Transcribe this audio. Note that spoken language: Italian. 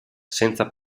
senza